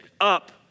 Up